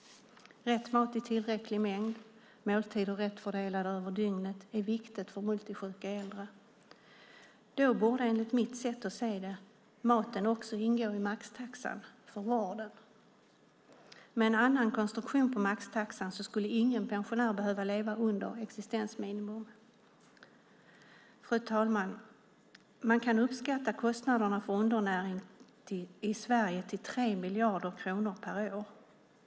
Rätt mat i tillräcklig mängd och måltider rätt fördelade över dygnet är viktigt för multisjuka äldre. Då borde, enligt mitt sätt att se det, maten också ingå i maxtaxan för vården. Med en annan konstruktion på maxtaxan skulle ingen pensionär behöva leva under existensminimum. Fru talman! Man kan uppskatta kostnaderna för undernäring i Sverige till 3 miljarder kronor per år.